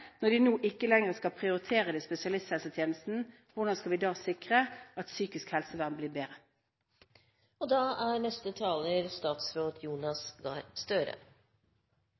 når de nå ikke lenger skal prioritere spesialisthelsetjenesten. Hvordan skal vi da sikre at psykisk helsevern blir bedre?